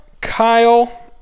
Kyle